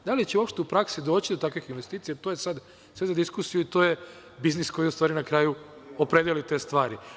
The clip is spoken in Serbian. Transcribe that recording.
Da li će uopšte u praksi doći do takvih investicija to je sada sve za diskusiju i to je biznis koji je u stvari na kraju opredeli te stvari.